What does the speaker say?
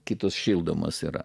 kitos šildomos yra